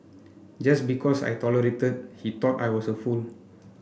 just because I tolerated he thought I was a fool